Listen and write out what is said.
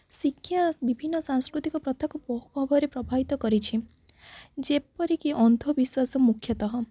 ଶିକ୍ଷା ବିଭିନ୍ନ ସାଂସ୍କୃତିକ ପ୍ରଥାକୁ ବହୁ ଭାବରେ ପ୍ରଭାବିତ କରିଛି ଯେପରିକି ଅନ୍ଧବିଶ୍ୱାସ ମୁଖ୍ୟତଃ